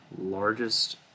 largest